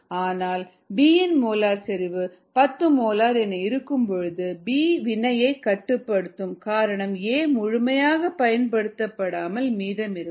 ஆனால் B இன் molar செறிவு 10 மோலார் என இருக்கும்போது B வினையை கட்டுப்படுத்தும் காரணம் A முழுமையாக பயன்படுத்தப்படாமல் மீதம் இருக்கும்